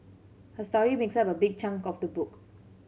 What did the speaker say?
her story makes up a big chunk of the book